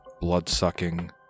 blood-sucking